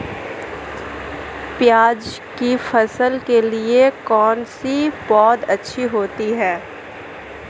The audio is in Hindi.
प्याज़ की फसल के लिए कौनसी पौद अच्छी होती है?